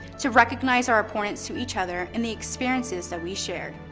to recognize our opponents to each other in the experiences that we shared.